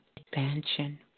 expansion